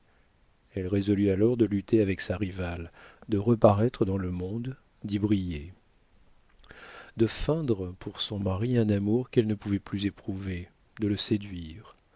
elle résolut alors de lutter avec sa rivale de reparaître dans le monde d'y briller de feindre pour son mari un amour qu'elle ne pouvait plus éprouver de le séduire